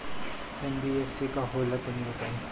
NBFC का होला तनि बताई?